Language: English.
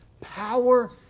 power